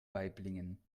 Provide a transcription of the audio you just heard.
waiblingen